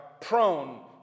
prone